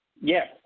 Yes